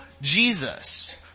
Jesus